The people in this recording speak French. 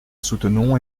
soutenons